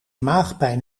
maagpijn